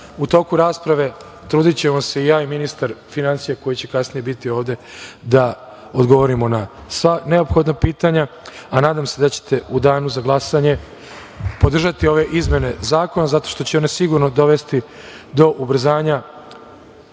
U toku rasprave ćemo se truditi i ja i ministar finansija koji će kasnije biti ovde, da odgovorimo na sva neophodna pitanja, a nadam se da će te u danu za glasanje podržati ove izmene zakona zato što će one sigurno dovesti do ubrzanja